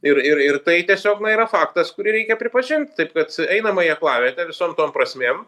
ir ir ir tai tiesiog na yra faktas kurį reikia pripažint taip kad einama į aklavietę visom tom prasmėm